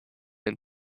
and